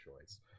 choice